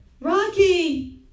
Rocky